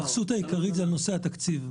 ההתייחסות העיקרית היא לנושא התקציב.